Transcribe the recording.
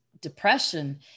depression